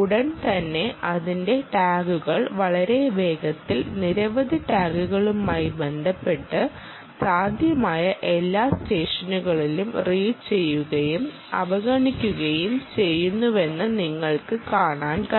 ഉടൻ തന്നെ അതിന്റെ ടാഗുകൾ വളരെ വേഗത്തിൽ നിരവധി ടാഗുകളുമായി ബന്ധപ്പെട്ട് സാധ്യമായ എല്ലാ സ്റ്റേഷനുകളിലും റീഡ് ചെയ്യുകയും അവഗണിക്കുകയും ചെയ്യുന്നുവെന്ന് നിങ്ങൾക്ക് കാണാൻ കഴിയും